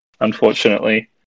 unfortunately